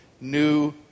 new